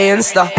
Insta